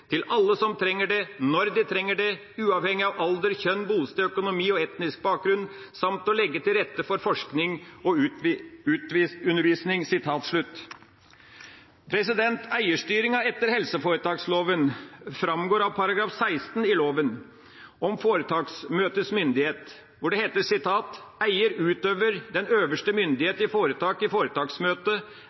til alle som trenger det når de trenger det, uavhengig av alder, kjønn, bosted, økonomi og etnisk bakgrunn, samt å legge til rette for forskning og undervisning.» Eierstyringa etter helseforetaksloven framgår av § 16 i loven, om foretaksmøtets myndighet, hvor det heter: «Eiere utøver den øverste myndighet i foretak i